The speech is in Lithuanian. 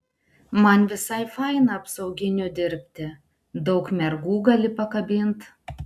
man visai faina apsauginiu dirbti daug mergų gali pakabint